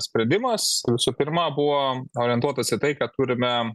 sprendimas visų pirma buvo orientuotas į tai kad turime